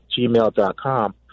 gmail.com